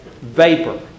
vapor